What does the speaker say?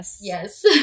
yes